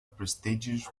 prestigious